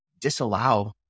disallow